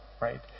Right